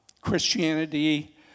Christianity